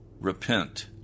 repent